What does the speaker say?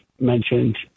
mentioned